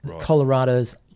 Colorado's